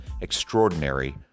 extraordinary